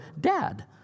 dad